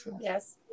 yes